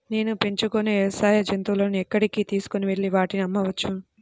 నేను పెంచుకొనే వ్యవసాయ జంతువులను ఎక్కడికి తీసుకొనివెళ్ళి వాటిని అమ్మవచ్చు?